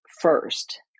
first